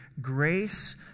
Grace